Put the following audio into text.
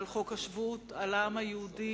על חוק השבות, על העם היהודי,